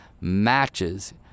matches